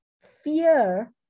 fear